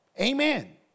Amen